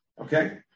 Okay